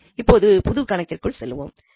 சரி இப்பொழுது புது கணக்கிற்குள் செல்லுவோம்